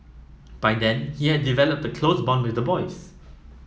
by then he had developed a close bond with the boys